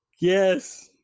yes